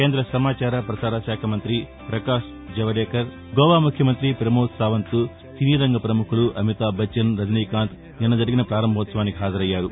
కేంద్ర సమాచార ప్రసార శాఖ మంత్రి ప్రకాష్ జవదేకర్ గోవా ముఖ్యమంత్రి ప్రమోద్ సావంత్ సినీరంగ ప్రముఖులు అమితాబ్బచ్చన్ రజనీకాంత్ నిన్న జరిగిన ప్రారంభోత్సవానికి హాజరయ్యారు